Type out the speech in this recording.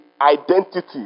identity